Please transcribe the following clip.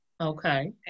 Okay